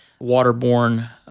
waterborne